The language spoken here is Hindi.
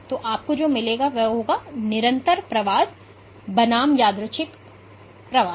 तो आपको जो मिलेगा वह है निरंतर प्रवास बनाम यादृच्छिक प्रवास